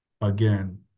again